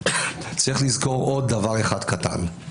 צריך לזכור עוד דבר אחד קטן.